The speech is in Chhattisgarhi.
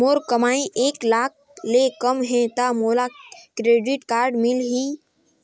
मोर कमाई एक लाख ले कम है ता मोला क्रेडिट कारड मिल ही?